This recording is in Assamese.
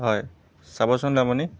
হয় চাবচোন আপুনি